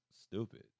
stupid